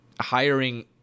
hiring